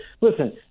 Listen